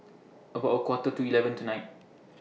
about A Quarter to eleven tonight